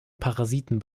parasiten